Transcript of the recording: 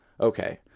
Okay